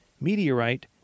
Meteorite